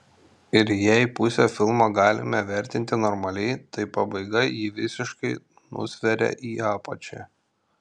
ir jei pusę filmo galime vertinti normaliai tai pabaiga jį visiškai nusveria į apačią